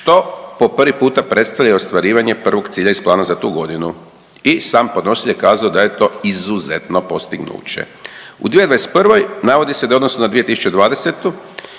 što po prvi puta predstavlja i ostvarivanje prvog cilja iz plana za tu godinu i sam podnositelj je kazao da je to izuzetno postignuće. U 2021. navodi se da je u odnosu na 2020.